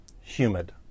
Humid